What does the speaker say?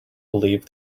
believe